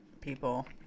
people